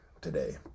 today